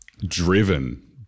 driven